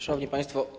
Szanowni Państwo!